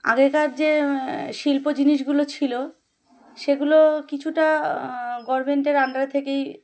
আগেকার যে শিল্প জিনিসগুলো ছিল সেগুলো কিছুটা গভর্নমেন্টের আন্ডারে থেকেই